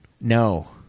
no